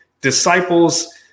disciples